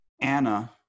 Anna